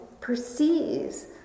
perceives